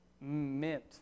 mint